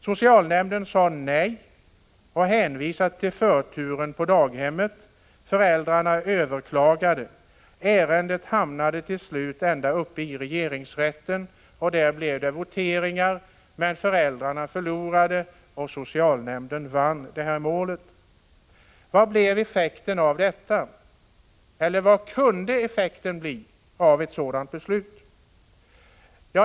Socialnämnden sade nej och hänvisade till förturen i barnomsorgskön. Föräldrarna överklagade. Ärendet hamnade till slut ända uppe i regeringsrätten. Där blev det votering, föräldrarna förlorade och socialnämnden vann målet. Vad kunde effekten bli av ett sådant beslut?